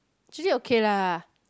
actually okay lah